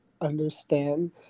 understand